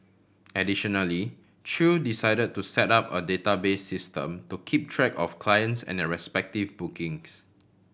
additionally Chew decide to set up a database system to keep track of clients and their respective bookings